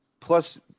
plus